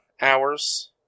hours